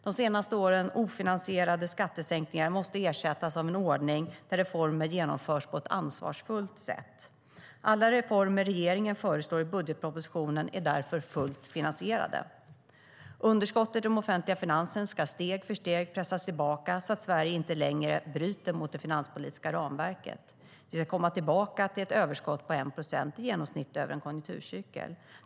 De senaste årens ofinansierade skattesänkningar måste ersättas av en ordning där reformer genomförs på ett ansvarsfullt sätt. Alla reformer regeringen föreslår i budgetpropositionen för 2015 är därför fullt finansierade. Underskottet i de offentliga finanserna ska steg för steg pressas tillbaka, så att Sverige inte längre bryter mot det finanspolitiska ramverket. Vi ska komma tillbaka till ett överskott på 1 procent i genomsnitt över en konjunkturcykel.